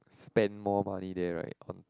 spend more money there right on